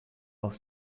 auf